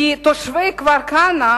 כי תושבי כפר-כנא